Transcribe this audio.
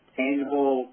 tangible